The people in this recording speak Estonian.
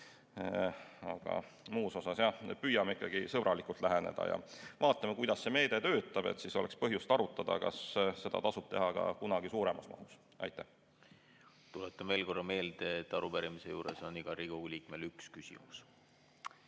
Muus osas püüame ikkagi sõbralikult läheneda ja vaatame, kuidas see meede töötab, siis oleks põhjust arutada, kas seda tasub teha ka kunagi suuremas mahus. Tuletan veel kord meelde, et arupärimise juures on igal Riigikogu liikmel üks küsimus.